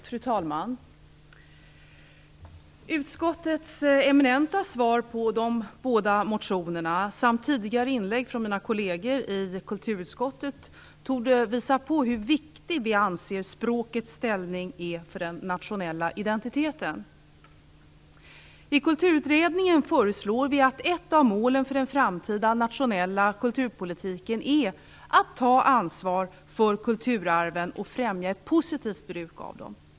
Fru talman! Utskottets eminenta svar på de båda motionerna samt de tidigare inläggen från mina kolleger i kulturutskottet torde visa hur viktig vi anser språkets ställning vara för den nationella identiteten. I Kulturutredningen föreslår vi att ett av målen för den framtida nationella kulturpolitiken skall vara att ta ansvar för kulturarven och främja ett positivt bruk av dem.